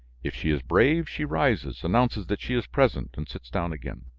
if she is brave, she rises, announces that she is present, and sits down again.